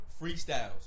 Freestyles